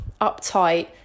uptight